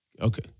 Okay